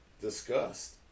discussed